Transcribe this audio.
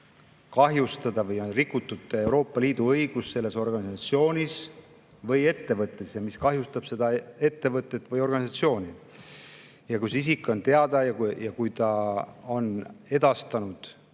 et on rikutud Euroopa Liidu õigust selles organisatsioonis või ettevõttes, ja see kahjustab seda ettevõtet või organisatsiooni. Ja kui see isik on teada ja kui ta on edastanud